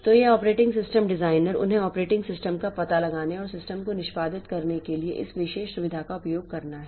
तो यह operating system designer उन्हें ऑपरेटिंग सिस्टम का पता लगाने और सिस्टम को निष्पादित करने के लिए इस विशेष सुविधा का उपयोग करना है